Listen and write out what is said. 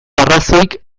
arrazoik